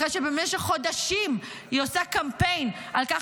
אחרי שבמשך חודשים היא עושה קמפיין על כך